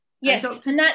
Yes